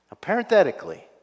parenthetically